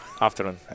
Afternoon